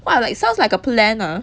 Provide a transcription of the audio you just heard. !wah! like sounds like a plan ah